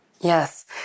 Yes